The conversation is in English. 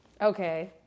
Okay